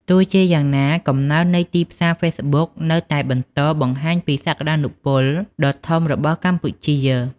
ទោះជាយ៉ាងណា កំណើននៃទីផ្សារហ្វេសប៊ុកនៅតែបន្តបង្ហាញពីសក្តានុពលដ៏ធំរបស់កម្ពុជា។